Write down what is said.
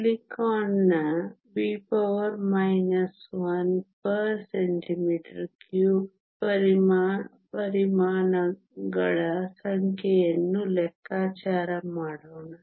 ಸಿಲಿಕಾನ್ನ V 1 cm 3 ಪರಮಾಣುಗಳ ಸಂಖ್ಯೆಯನ್ನು ಲೆಕ್ಕಾಚಾರ ಮಾಡೋಣ